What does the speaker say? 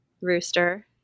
rooster